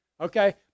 okay